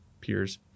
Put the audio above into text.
peers